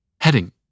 Heading